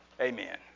Amen